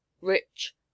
rich